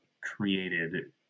created